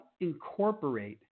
incorporate